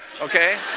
okay